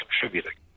contributing